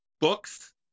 books